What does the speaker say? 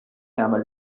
camel